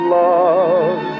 love